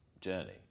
journey